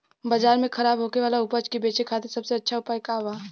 बाजार में खराब होखे वाला उपज के बेचे खातिर सबसे अच्छा उपाय का बा?